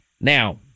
Now